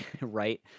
Right